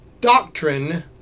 doctrine